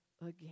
again